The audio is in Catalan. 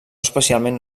especialment